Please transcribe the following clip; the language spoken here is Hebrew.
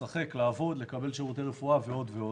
לשחק, לעבוד, לקבל שירותי רפואה, ועוד.